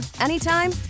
anytime